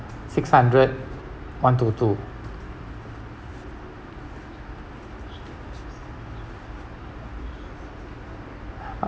six five hundred one two two